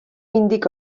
indica